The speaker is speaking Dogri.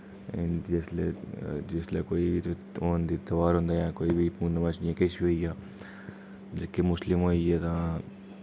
जिसलै जिसलै कोई बी ओह् होंदी तेहार होंदा जां कोई बी पूर्णमाशी जां किश बी होई गेआ जेह्के मुस्लिम होई गे तां